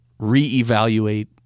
reevaluate